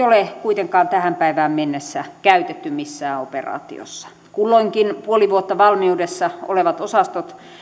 ole kuitenkaan tähän päivään mennessä käytetty missään operaatiossa kulloinkin puoli vuotta valmiudessa olevat osastot